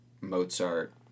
Mozart